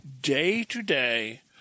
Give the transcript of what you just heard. day-to-day